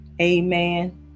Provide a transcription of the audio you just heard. Amen